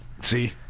See